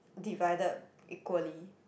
divided equally